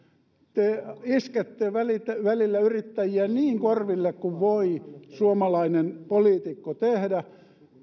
te iskette välillä yrittäjiä niin korville kuin voi suomalainen poliitikko tehdä